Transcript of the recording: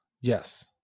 Yes